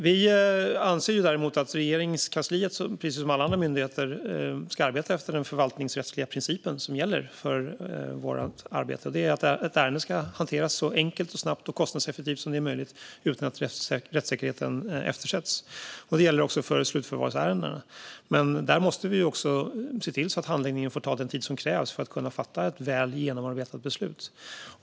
Vi anser däremot att Regeringskansliet, precis som alla andra myndigheter, ska arbeta efter den förvaltningsrättsliga princip som gäller för vårt arbete, och det är att ett ärende ska hanteras så enkelt, snabbt och kostnadseffektivt som möjligt utan att rättssäkerheten eftersätts. Det gäller också för slutförvarsärendena. Men där måste vi se till att handläggningen får ta den tid som krävs för att kunna fatta ett väl genomarbetat beslut.